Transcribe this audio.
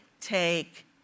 take